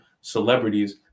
celebrities